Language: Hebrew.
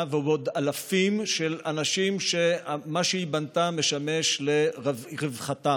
ועוד אלפים של אנשים שמה שהיא בנתה משמש לרווחתם.